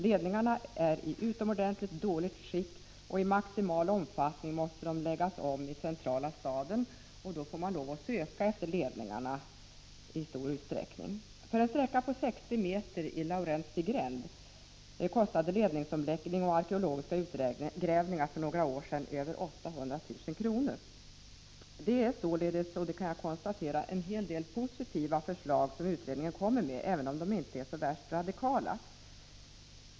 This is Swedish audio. Ledningarna är i utomordentligt dåligt skick, och i maximal omfattning måste de läggas om i centrala staden. Då får man i stor utsträckning lov att söka efter ledningarna. För en sträcka på 60 m i Laurentii gränd kostade ledningsomläggning och arkeologiska utgrävningar för några år sedan över 800 000 kr. Jag kan således konstatera att utredningen kommer med en hel del positiva förslag, även om de inte är så värst radikala.